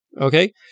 Okay